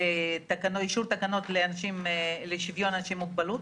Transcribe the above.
לאישור תקנות לשוויון אנשים עם מוגבלות,